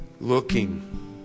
looking